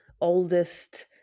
oldest